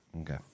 Okay